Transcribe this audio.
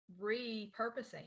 repurposing